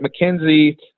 McKenzie